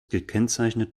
gekennzeichnet